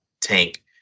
tank